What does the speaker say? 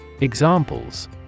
Examples